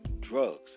drugs